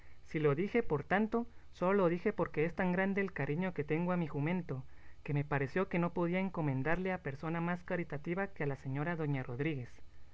si lo dije por tanto sólo lo dije porque es tan grande el cariño que tengo a mi jumento que me pareció que no podía encomendarle a persona más caritativa que a la señora doña rodríguez